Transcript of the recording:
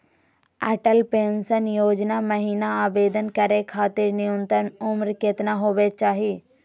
Atal pension Yojana महिना आवेदन करै खातिर न्युनतम उम्र केतना होवे चाही?